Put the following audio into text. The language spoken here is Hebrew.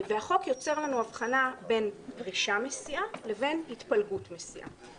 החוק יוצר הבחנה בין פרישה מסיעה לבין התפלגות מסיעה.